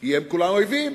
כי הם כולם אויבים.